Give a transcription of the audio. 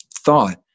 thought